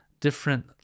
different